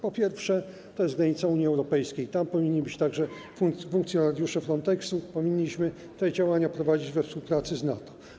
Po pierwsze, to jest granica Unii Europejskiej, tam powinni być również funkcjonariusze Frontex-u i powinniśmy te działania prowadzić we współpracy z NATO.